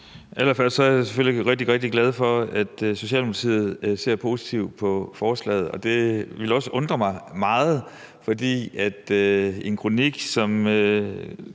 sige, at jeg selvfølgelig er rigtig, rigtig glad for, at Socialdemokratiet ser positivt på forslaget. Andet ville også undre mig meget, for i den kronik, som